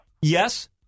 Yes